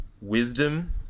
wisdom